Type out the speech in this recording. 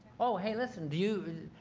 oh. hey listen. do